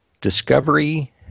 Discovery